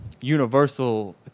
universal